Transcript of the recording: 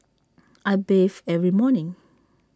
I bathe every morning